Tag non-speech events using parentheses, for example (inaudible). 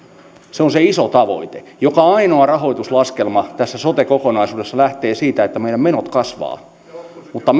se on se iso tavoite joka ainoa rahoituslaskelma tässä sote kokonaisuudessa lähtee siitä että meidän menomme kasvavat mutta (unintelligible)